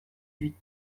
huit